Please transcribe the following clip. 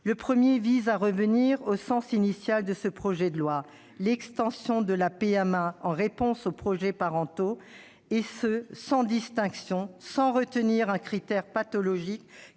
Le premier vise à revenir au sens initial du projet de loi, c'est-à-dire l'extension de la PMA en réponse aux projets parentaux, et ce sans distinction, sans retenir un critère pathologique